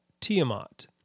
Tiamat